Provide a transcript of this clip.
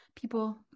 people